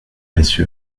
mrs